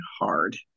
hard